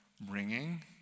bringing